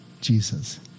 Jesus